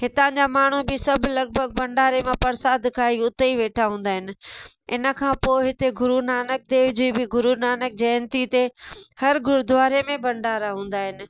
हिता जा माण्हू बि सब लगभॻि भंडारे मां परसाद खाई उते ई वेठा हूंदा आहिनि इनखां पोइ हिते गुरूनानक देव जी बि गुरूनानक जयंती ते हर गुरूद्वारे में भंडारा हूंदा आहिनि